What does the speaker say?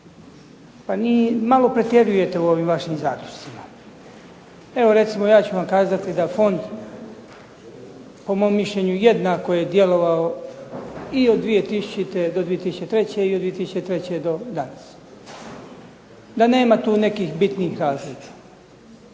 Malo pretjerujete u ovim vašim zaključcima. Evo recimo ja ću vam kazati da Fond po mom mišljenju jednako je djelovao od 2000. do 2003. i od 2003. do danas. DA nema tu nekakvih bitnih razlika,